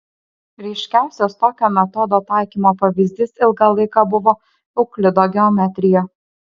ryškiausias tokio metodo taikymo pavyzdys ilgą laiką buvo euklido geometrija